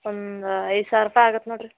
ಒಂದು ಐದು ಸಾವಿರ ರೂಪಾಯಿ ಆಗತ್ತೆ ನೋಡಿರಿ